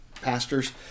pastors